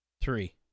three